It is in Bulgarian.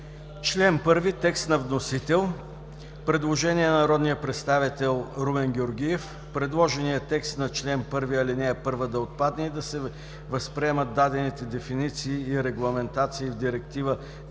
чл. 1 на вносителя има предложение на народния представител Румен Георгиев: Предложеният текст на чл. 1, ал. 1 да отпадне и да се възприемат дадените дефиниции и регламентации в Директива